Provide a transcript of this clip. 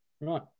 Right